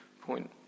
point